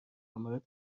مورد